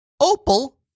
opal